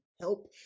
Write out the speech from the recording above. help